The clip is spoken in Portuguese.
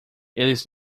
eles